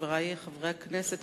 חברי חברי הכנסת,